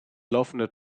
laufende